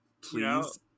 Please